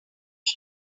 did